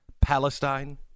Palestine